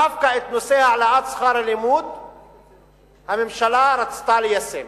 דווקא את נושא העלאת שכר הלימוד הממשלה רצתה ליישם.